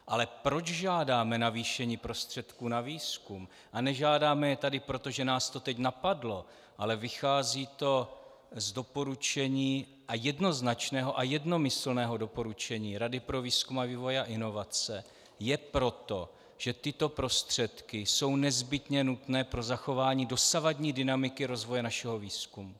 Ale proč žádáme navýšení prostředků na výzkum, a nežádáme je tady proto, že nás to teď napadlo, ale vychází to z doporučení a jednoznačného a jednomyslného doporučení Rady pro výzkum, vývoj a inovace, je proto, že tyto prostředky jsou nezbytně nutné pro zachování dosavadní dynamiky rozvoje našeho výzkumu.